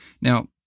Now